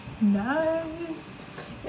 Nice